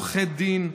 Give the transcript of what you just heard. מצד עורכי דין,